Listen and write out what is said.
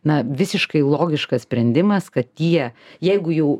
na visiškai logiškas sprendimas kad tie jeigu jau